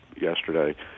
yesterday